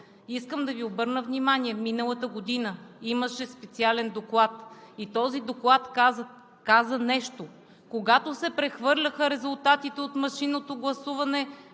Искам да Ви обърна внимание, че миналата година имаше специален доклад и той каза: когато се прехвърляха резултатите от машинното гласуване